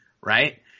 right